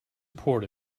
report